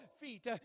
feet